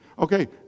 Okay